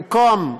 במקום,